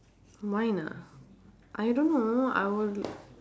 mine ah I don't know I was